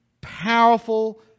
powerful